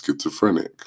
schizophrenic